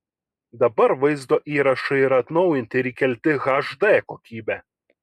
dabar vaizdo įrašai yra atnaujinti ir įkelti hd kokybe